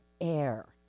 air